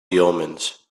omens